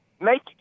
make